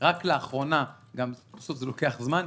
רק לאחרונה כי זה לוקח זמן,